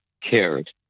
cared